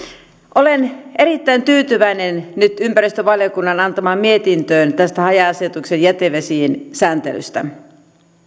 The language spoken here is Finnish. olen erittäin tyytyväinen nyt ympäristövaliokunnan antamaan mietintöön tästä haja asutuksen jätevesien sääntelystä